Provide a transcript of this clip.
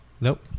Nope